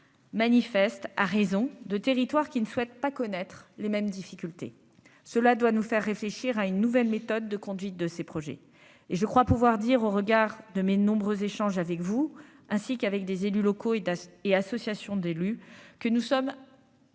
manifestes, à raison de territoire qui ne souhaite pas connaître les mêmes difficultés, cela doit nous faire réfléchir à une nouvelle méthode de conduite de ses projets, et je crois pouvoir dire au regard de mes nombreux échanges avec vous, ainsi qu'avec des élus locaux et et associations d'élus que nous sommes